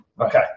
Okay